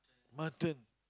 mutton